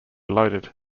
loaded